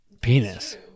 penis